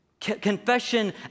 Confession